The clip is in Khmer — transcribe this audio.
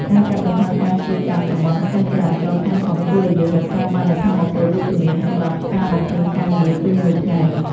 ការកាត់បន្ថយការជិះកាត់តំបន់ស្ទះចរាចរណ៍ធំៗ ជួយឱ្យយើងរក្សាបាននូវថាមពលវិជ្ជមានសម្រាប់ការបំពេញការងារពេញមួយថ្ងៃ។